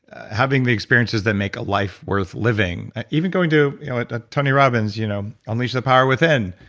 having the experiences that make a life worth living, even going to a tony robbins' you know unleash the power within.